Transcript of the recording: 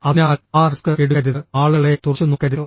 അതിനാൽ ആ റിസ്ക് എടുക്കരുത് ആളുകളെ തുറിച്ചുനോക്കരുത്